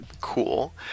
cool